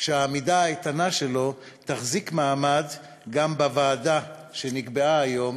שהעמידה האיתנה שלו תחזיק מעמד גם בוועדה שנקבעה היום.